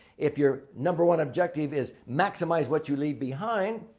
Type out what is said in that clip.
if your number one objective is maximize what you leave behind,